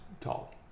tall